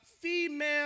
female